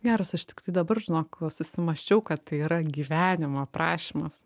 geras aš tiktai dabar žinok susimąsčiau kad tai yra gyvenimo aprašymas